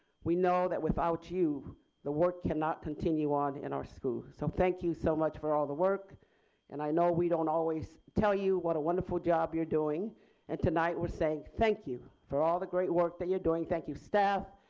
we know that without you the work cannot continue on in our schools so thank you so much for all of the work and i know we don't always tell you what a wonderful job you're doing and tonight we're saying thank you for all the great work that you're doing. thank you staff,